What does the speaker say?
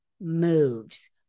moves